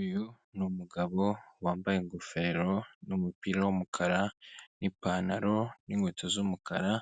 Uyu ni umugabo wambaye ingofero n'umupira w;umukara n'ipantaro n'inkweto z'umukara,